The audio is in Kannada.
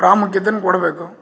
ಪ್ರಾಮುಖ್ಯತೆ ಕೊಡಬೇಕು